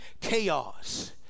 chaos